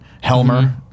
Helmer